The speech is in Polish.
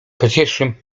pociesznym